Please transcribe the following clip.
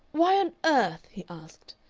why on earth, he asked,